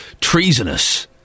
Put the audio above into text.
Treasonous